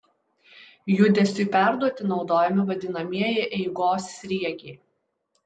judesiui perduoti naudojami vadinamieji eigos sriegiai